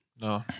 No